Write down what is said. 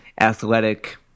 athletic